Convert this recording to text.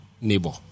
neighbor